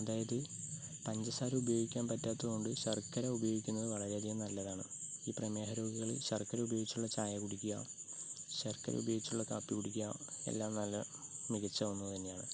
അതായത് പഞ്ചസാര ഉപയോഗിക്കാൻ പറ്റാത്തതു കൊണ്ട് ശർക്കര ഉപയോഗിക്കുന്നത് വളരെ അധികം നല്ലതാണ് ഈ പ്രമേഹ രോഗികൾ ശർക്കര ഉപയോഗിച്ചിട്ടുളള ചായ കുടിക്കുക ശർക്കര ഉപയോഗിച്ചിട്ടുള്ള കാപ്പി കുടിക്കുക എല്ലാം നല്ല മികച്ച ഒന്ന് തന്നെയാണ്